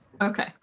Okay